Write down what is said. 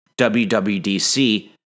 WWDC